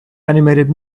animated